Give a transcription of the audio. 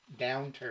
downturn